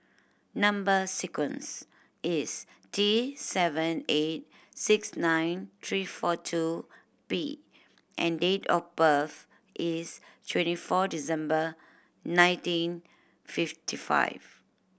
number sequence is T seven eight six nine three four two P and date of birth is twenty four December nineteen fifty five